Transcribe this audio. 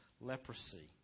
leprosy